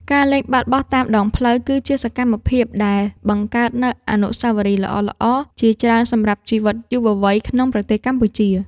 ការលេងបាល់បោះតាមដងផ្លូវ គឺជាសកម្មភាពដែលបង្កើតនូវអនុស្សាវរីយ៍ល្អៗជាច្រើនសម្រាប់ជីវិតយុវវ័យក្នុងប្រទេសកម្ពុជា។